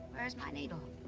where's my needle?